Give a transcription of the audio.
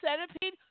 Centipede